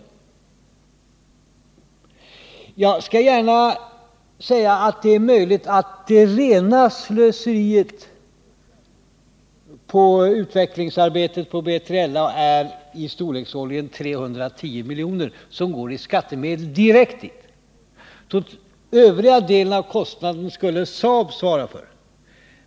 Jag skall gärna tillstå att det är möjligt att det rena slöseriet på utvecklingsarbetet när det gäller attackflygplanet B3JLA uppgår till 310 milj.kr., pengar som måste tas ut av direkta skattemedel. De övriga kostnaderna skulle Saab svara för.